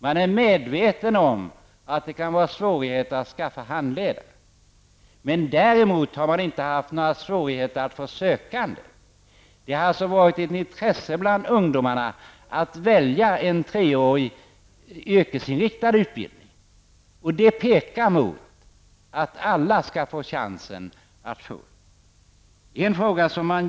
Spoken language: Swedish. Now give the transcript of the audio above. Man är medveten om att det kan vara svårigheter att skaffa handledare. Däremot har det inte varit några svårigheter att få sökande. Det finns alltså ett intresse bland ungdomarna att välja en treårig yrkesinriktad utbildning. Det pekar mot att alla skall få chansen att skaffa sig en sådan.